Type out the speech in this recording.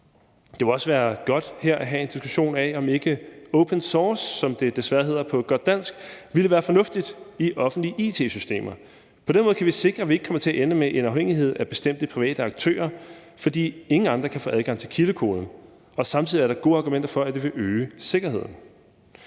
Det kunne også være godt her at have en diskussion af, om ikke open source, som det desværre hedder på godt dansk, ville være fornuftigt i offentlige it-systemer. På den måde kan vi sikre, at vi ikke kommer til at ende med en afhængighed af bestemte private aktører, fordi ingen andre kan få adgang til kildekoden. Og samtidig er der gode argumenter for, at det vil øge sikkerheden.